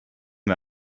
wir